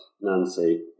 Nancy